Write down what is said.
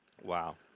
Wow